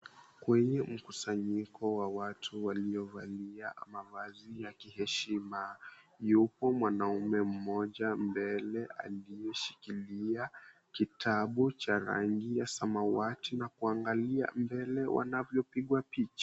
Kwenye mkusanyiko wa watu waliovalia mavazi ya kiheshima, yupo mwanaume mmoja mbele aliyoshikilia kitabu cha rangi ya samawati. Na kuangalia mbele wanavyopigwa picha.